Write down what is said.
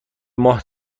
ماه